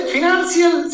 Financial